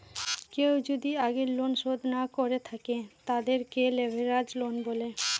কেউ যদি আগের লোন শোধ না করে থাকে, তাদেরকে লেভেরাজ লোন বলে